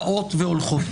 באות והולכות.